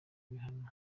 ibihano